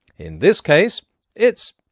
in this case it's.